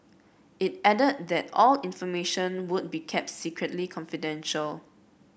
it added that all information would be kept strictly confidential